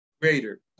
greater